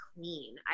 clean